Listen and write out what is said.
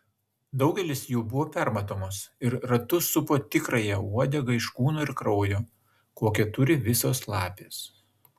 daugelis jų buvo permatomos ir ratu supo tikrąją uodegą iš kūno ir kraujo kokią turi visos lapės